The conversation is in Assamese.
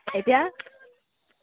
এতিয়া